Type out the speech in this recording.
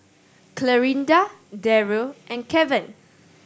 Clarinda Daryl and Keven